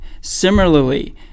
Similarly